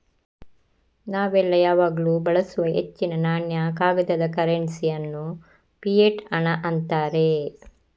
ನಾವೆಲ್ಲ ಯಾವಾಗ್ಲೂ ಬಳಸುವ ಹೆಚ್ಚಿನ ನಾಣ್ಯ, ಕಾಗದದ ಕರೆನ್ಸಿ ಅನ್ನು ಫಿಯಟ್ ಹಣ ಅಂತಾರೆ